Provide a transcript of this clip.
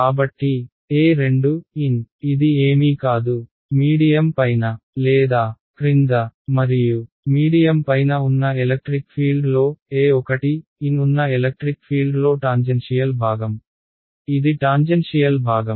కాబట్టి n ఇది ఏమీ కాదు మీడియం పైన లేదా క్రింద మరియు మీడియం పైన ఉన్న ఎలక్ట్రిక్ ఫీల్డ్ లో n ఉన్న ఎలక్ట్రిక్ ఫీల్డ్ లో టాంజెన్షియల్ భాగం ఇది టాంజెన్షియల్ భాగం